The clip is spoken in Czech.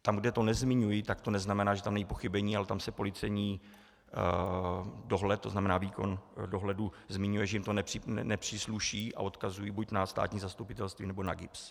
Tam, kde to nezmiňuji, tak to neznamená, že tam není pochybení, ale tam se policejní dohled, to znamená výkon dohledu, zmiňuje, že jim to nepřísluší, a odkazují buď na státní zastupitelství, nebo na GIBS.